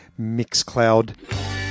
Mixcloud